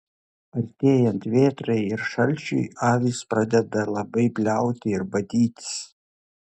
artėjant vėtrai ir šalčiui avys pradeda labai bliauti ir badytis